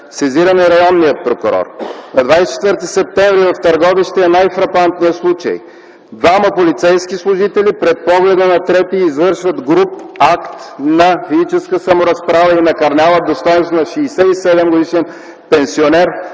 Сезиран е районният прокурор. - На 24 септември в Търговище е най-фрапантният случай – двама полицейски служители пред погледа на трети извършват груб акт на физическа саморазправа и накърняват достойнството на 67-годишен пенсионер